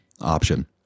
option